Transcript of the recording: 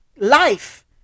life